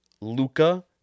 Luca